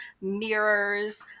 mirrors